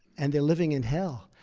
and they're living in hell.